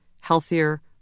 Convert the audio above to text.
healthier